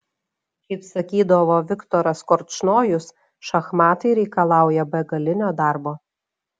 kaip sakydavo viktoras korčnojus šachmatai reikalauja begalinio darbo